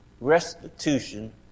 restitution